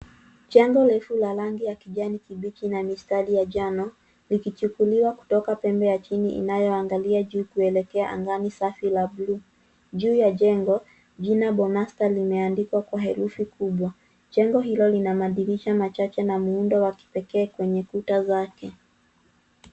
Jengo refu la rangi ya kijani kibichi na mistari ya njano, likichukuliwa kutoka pembe ya chini inayoangalia juu kuelekea angani safi la bluu. Juu ya jengo, jina Bonasta limeandikwa kwa herufi kubwa. Jengo hilo lina madirisha machache na muundo wa kipekee kwenye kuta zake.